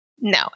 No